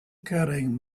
carrying